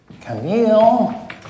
Camille